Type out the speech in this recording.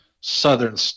Southern